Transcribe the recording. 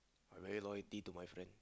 I very loyalty to my friend